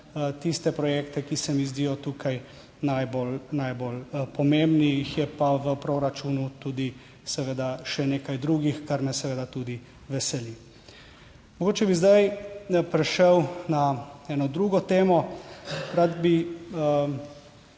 tiste projekte, ki se mi zdijo tukaj najbolj, najbolj pomembni, jih je pa v proračunu tudi seveda še nekaj drugih, kar me seveda tudi veseli. Mogoče bi zdaj prešel na eno drugo temo, rad bi